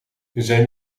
zijn